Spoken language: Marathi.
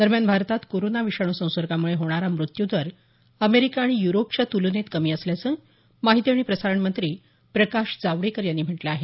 दरम्यान भारतात कोरोना विषाणू संसर्गामुळे होणारा मृत्यूदर अमेरिका आणि युरोपाच्या तुलनेत कमी असल्याचं माहिती आणि प्रसारण मंत्री प्रकाश जावडेकर यांनी म्हटलं आहे